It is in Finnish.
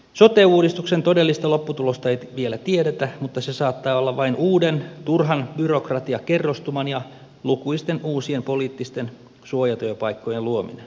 sote uudistuksen todellista lopputulosta ei vielä tiedetä mutta se saattaa olla vain uuden turhan byrokratiakerrostuman ja lukuisten uusien poliittisten suojatyöpaikkojen luominen